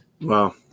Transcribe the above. Wow